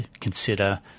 consider